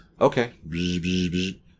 Okay